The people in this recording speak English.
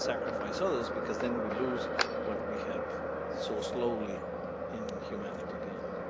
sacrifice others, because then we lose what we have so slowly in humanity gained.